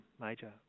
major